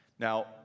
Now